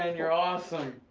um you're awesome.